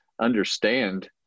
understand